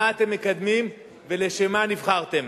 מה אתם מקדמים, ולשם מה נבחרתם.